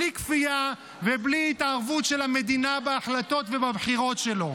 בלי כפייה ובלי התערבות של המדינה בהחלטות ובבחירות שלו.